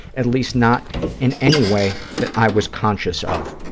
at least not in any way that i was conscious of.